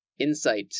insight